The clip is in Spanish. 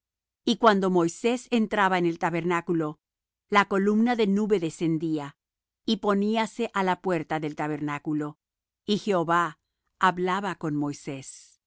y cuando moisés entraba en el tabernáculo la columna de nube descendía y poníase á la puerta del tabernáculo y jehová hablaba con moisés y